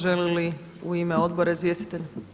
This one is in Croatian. Žele li u ime odbora izvjestitelji?